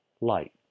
light